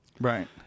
Right